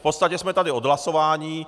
V podstatě jsme tady od hlasování.